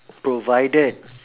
provided